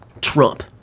Trump